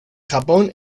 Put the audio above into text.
japón